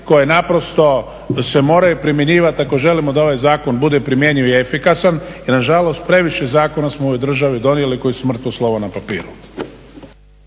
koje naprosto se moraju primjenjivati ako želimo da ovaj zakon bude primjenjiv i efikasan i nažalost previše zakona smo u ovoj državi donijeli koji su mrtvo slovo na papiru.